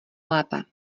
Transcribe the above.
lépe